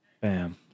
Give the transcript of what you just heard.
Bam